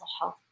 health